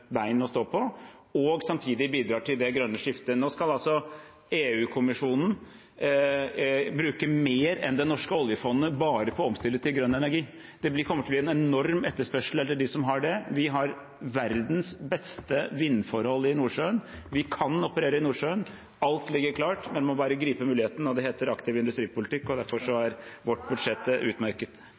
bein å stå på, og samtidig bidra til det grønne skiftet. Nå skal altså EU-kommisjonen bruke mer enn det norske oljefondet bare på å omstille til grønn energi. Det kommer til å bli en enorm etterspørsel etter de som har det. Vi har verdens beste vindforhold i Nordsjøen. Vi kan operere i Nordsjøen. Alt ligger klart. En må bare gripe muligheten – og det heter aktiv industripolitikk. Derfor er vårt budsjett utmerket.